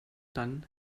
dann